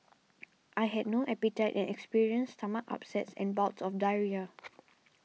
I had no appetite and experienced stomach upsets and bouts of diarrhoea